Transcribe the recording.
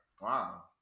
Wow